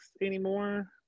anymore